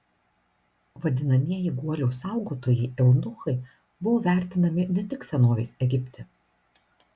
vadinamieji guolio saugotojai eunuchai buvo vertinami ne tik senovės egipte